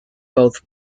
both